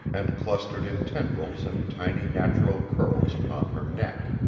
and clustered in tendrils and tiny natural curls upon her neck.